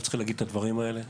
וצריך להגיד את הדברים האלה.